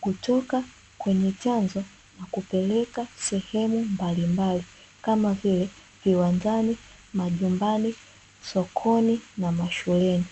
kutoka kwenye chanzo na kupeleka sehemu mbalimba, kama vile: viwandani, majumbani, sokoni na mashuleni.